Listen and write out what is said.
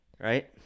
Right